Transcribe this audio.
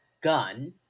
gun